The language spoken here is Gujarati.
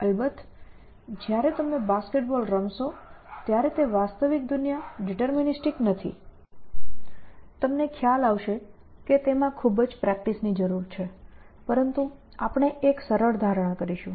અલબત્ત જ્યારે તમે બાસ્કેટબ બોલ રમશો ત્યારે વાસ્તવિક દુનિયા ડિટર્મિનીસ્ટિક નથી તમને ખ્યાલ આવશે કે તેમાં ખૂબ જ પ્રેક્ટિસની જરૂર છે પરંતુ આપણે એક સરળ ધારણા કરીશું